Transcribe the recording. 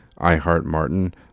iHeartMartin